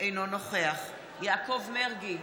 אינו נוכח יעקב מרגי,